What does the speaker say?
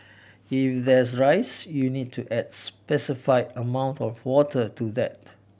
if there's rice you need to adds specifie amount of water to that